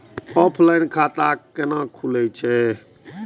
Offline खाता कैना खुलै छै?